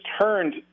turned